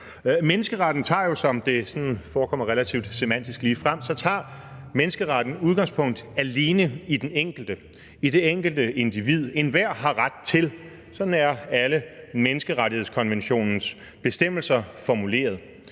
den enkelte, altså i det enkelte individ. »Enhver har ret til...« – sådan er alle menneskerettighedskonventionens bestemmelser formuleret.